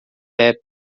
rap